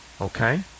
Okay